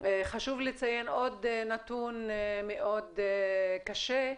חשוב לציין עוד נתון מאוד קשה,